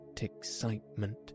excitement